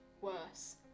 worse